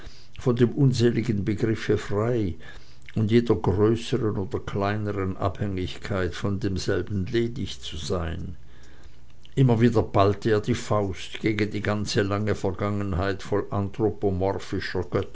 von dem unseligen begriffe frei und jeder größeren oder kleineren abhängigkeit von demselben ledig zu sein immer wieder ballte er die faust gegen die ganze lange vergangenheit voll